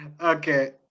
okay